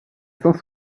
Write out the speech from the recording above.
saint